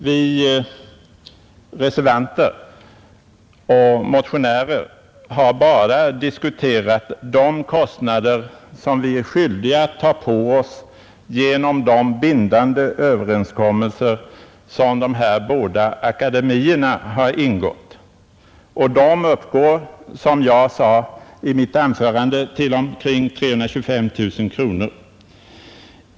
Vi reservanter och motionärer har bara diskuterat de kostnader som vi är skyldiga att ta på oss genom de bindande överenskommelser som de här båda akademierna har ingått, och de uppgår, som jag sade i mitt anförande, till omkring 325 000 kronor.